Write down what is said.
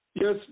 Yes